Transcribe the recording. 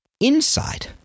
inside